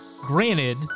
Granted